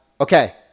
Okay